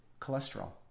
cholesterol